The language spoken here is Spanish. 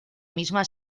misma